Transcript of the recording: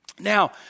Now